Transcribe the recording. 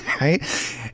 right